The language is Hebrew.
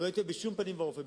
אני לא אתן בשום פנים ואופן,